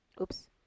Oops